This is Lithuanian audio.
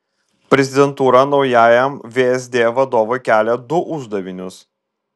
prezidentūra naujajam vsd vadovui kelia du uždavinius